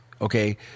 Okay